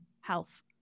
health